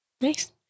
Nice